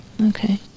Okay